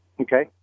Okay